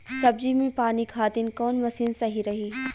सब्जी में पानी खातिन कवन मशीन सही रही?